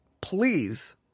please